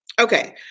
Okay